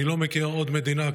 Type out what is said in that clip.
אני לא מכיר עוד מדינה,